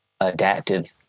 adaptive